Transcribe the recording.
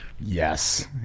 yes